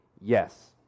yes